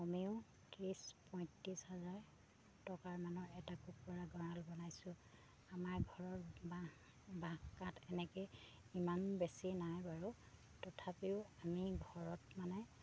কমেও ত্ৰিছ পঁইত্ৰিছ হাজাৰ টকাৰমানৰ এটা কুকুৰা গঁৰাল বনাইছোঁ আমাৰ ঘৰৰ বাঁহ বাঁহ কাঠ এনেকৈ ইমান বেছি নাই বাৰু তথাপিও আমি ঘৰত মানে